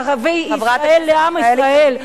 ערביי ישראל לעם ישראל.